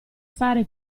fare